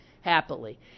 happily